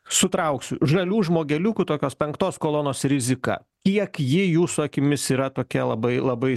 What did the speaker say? sutrauksiu žalių žmogeliukų tokios penktos kolonos rizika kiek ji jūsų akimis yra tokia labai labai